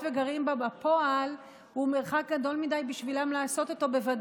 שקוראים לעצמם "קבלני אינסטלציה ומערכות כיבוי